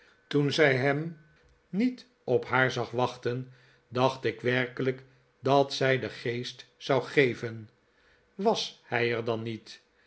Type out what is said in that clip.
toen zij hem niet op haar zag wachten dacht ik werkelijk dat zij den geest zou geven was hij er dan niet